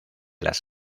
las